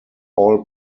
all